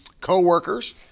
co-workers